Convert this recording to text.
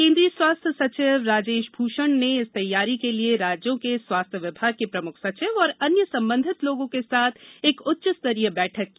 केंद्रीय स्वास्थ्य सचिव राजेश भूषण ने इस तैयारी के लिए राज्यों के स्वास्थ्य विभाग के प्रमुख सचिव और अन्य संबंधित लोगों के साथ एक उच्च स्तरीय बैठक की